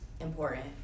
important